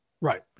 right